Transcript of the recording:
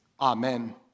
Amen